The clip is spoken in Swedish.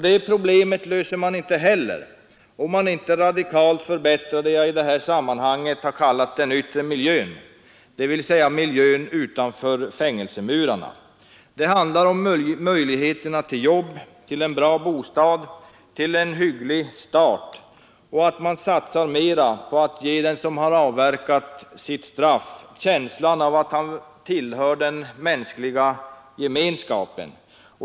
Det problemet löser man inte heller, om man inte kan radikalt förbättra vad jag i detta sammanhang kallar den yttre miljön, dvs. miljön utanför fängelsemurarna. Det handlar här om möjligheterna till jobb, en bra bostad, en hygglig start samt att man satsar mera på att ge dem som har avtjänat sitt straff känslan av att han verkligen tillhör den mänskliga gemenskapen.